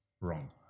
wrong